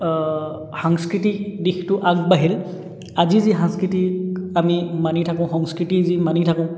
সাংস্কৃতিক দিশটো আগবাঢ়িল আজি যি সাংস্কৃতিক আমি মানি থাকোঁ সংস্কৃতি যি মানি থাকোঁ